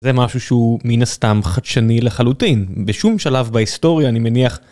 זה משהו שהוא מן הסתם חדשני לחלוטין בשום שלב בהיסטוריה אני מניח.